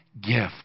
gift